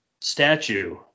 statue